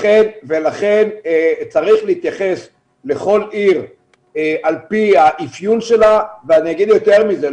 לכן צריך להתייחס לכל עיר על פי האפיון שלה ואני אומר יותר מזה,